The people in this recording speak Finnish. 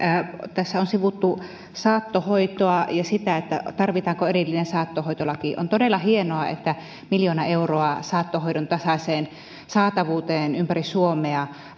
tässä on sivuttu saattohoitoa ja sitä tarvitaanko erillinen saattohoitolaki on todella hienoa että miljoona euroa saattohoidon tasaiseen saatavuuteen ympäri suomea